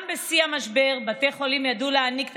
גם בשיא המשבר בתי החולים ידעו להעניק את